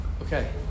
Okay